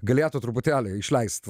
galėtų truputėlį išleist